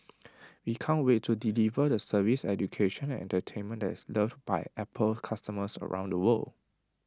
we can't wait to deliver the service education and entertainment that is loved by Apple customers around the world